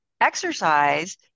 exercise